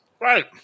Right